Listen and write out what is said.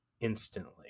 instantly